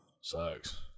Sucks